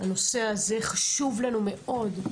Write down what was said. הנושא הזה חשוב לנו מאוד,